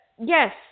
yes